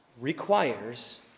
requires